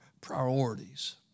priorities